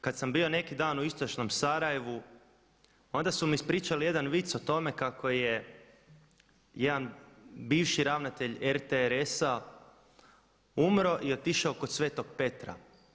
Kad sam bio neki dan u istočnom Sarajevu onda su mi ispričali jedan vic o tome kako je jedan bivši ravnatelj RTRS-a umro i otišao kod Svetog Petra.